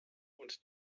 und